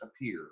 appear